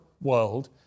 world